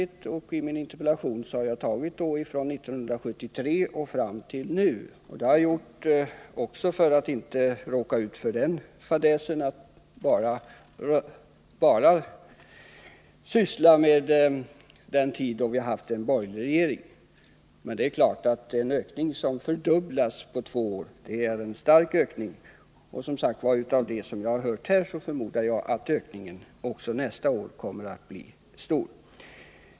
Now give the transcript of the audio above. Jag har också i min interpellation tagit fram siffror från 1973 fram till 1979. Det gjorde jag även för att inte bara uppehålla mig vid den tid då vi haft en borgerlig regering. Det är dock klart att en ökning till det dubbla under två år är en stark ökning. Och jag upprepar det —av vad jag hört här förmodar jag att ökningen också nästa år kommer att bli stor.